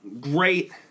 great